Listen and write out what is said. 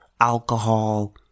alcohol